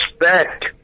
respect